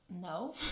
No